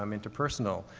um interpersonal,